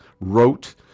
wrote